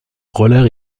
roller